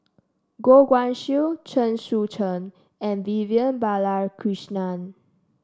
Goh Guan Siew Chen Sucheng and Vivian Balakrishnan